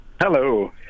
Hello